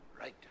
right